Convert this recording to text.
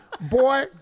Boy